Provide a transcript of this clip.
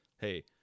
hey